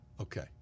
Okay